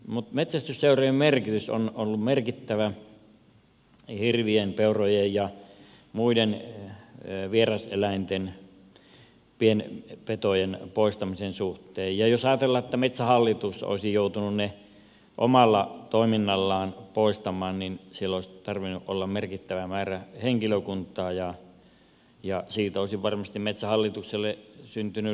mutta metsästysseurojen merkitys on ollut suuri hirvien peurojen ja muiden vieraseläinten ja pienpetojen poistamisen suhteen ja jos ajatellaan että metsähallitus olisi joutunut ne omalla toiminnallaan poistamaan siellä olisi tarvinnut olla merkittävä määrä henkilökuntaa ja siitä olisi varmasti metsähallitukselle syntynyt lisäkustannuksia